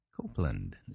Copeland